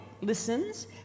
listens